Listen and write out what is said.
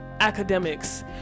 academics